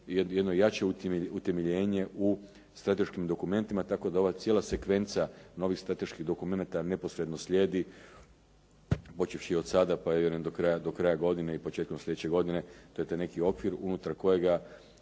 jedno jače utemeljenje u strateškim dokumentima, tako da ova cijela sekvenca novih strateških dokumenata neposredno slijedi, počevši od sada, pa ja vjerujem do kraja godine i početkom sljedeće godine, to je taj neki okvir unutar kojega